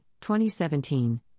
2017